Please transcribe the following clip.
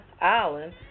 Island